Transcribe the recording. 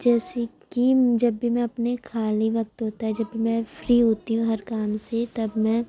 اور جیسے کہ جب بھی میں اپنے خالی وقت ہوتا ہے جب بھی میں پھری ہوتی ہوں ہر کام سے تب میں